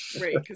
Right